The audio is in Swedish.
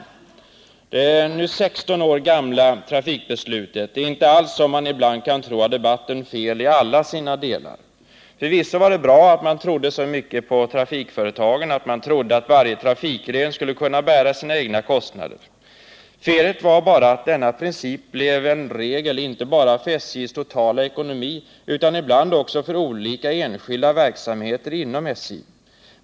Det nu 16 år gamla trafikbeslutet är inte alls, som man ibland kan tro av debatten, felaktigt i alla sina delar. Förvisso var det bra att man trodde så mycket på trafikföretagen att man räknade med att varje trafikgren skulle kunna bära sina egna kostnader. Felet var bara att denna princip blev en regel inte bara för SJ:s totala ekonomi utan ibland också för olika enskilda verksamheter inom SJ.